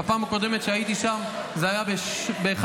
בפעם הקודמת שהייתי שם זה היה ב-01:30,